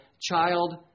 child